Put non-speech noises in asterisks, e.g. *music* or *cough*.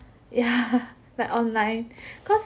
*laughs* ya like online cause